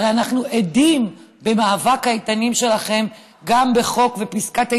הרי אנחנו עדים למאבק האיתנים שלכם גם בחוק פסקת ההתגברות,